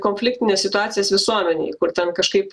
konfliktines situacijas visuomenėj kur ten kažkaip